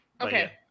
Okay